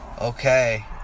Okay